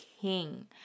king